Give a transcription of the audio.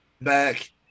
back